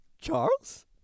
Charles